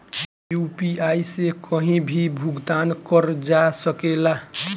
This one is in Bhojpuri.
यू.पी.आई से कहीं भी भुगतान कर जा सकेला?